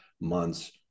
months